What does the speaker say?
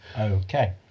Okay